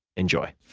enjoy.